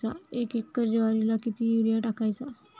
एक एकर ज्वारीला किती युरिया टाकायचा?